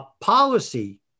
policy